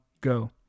go